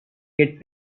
get